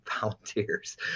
volunteers